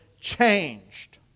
changed